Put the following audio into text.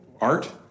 art